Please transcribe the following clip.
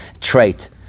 trait